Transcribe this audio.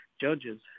judges